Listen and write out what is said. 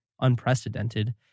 unprecedented